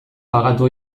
pagatu